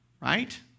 right